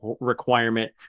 requirement